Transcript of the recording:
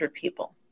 people